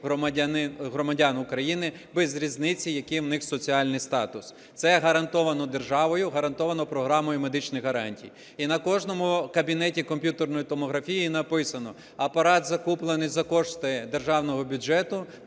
громадян України, без різниці, який в них соціальний статус. Це гарантовано державою, гарантовано програмою медичних гарантій. І на кожному кабінету комп'ютерної томографії написано: апарат закуплений за кошти державного бюджету,